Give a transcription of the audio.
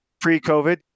pre-COVID